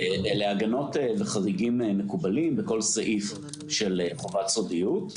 אלה הגנות וחריגים מקובלים בכל סעיף של חובת סודיות.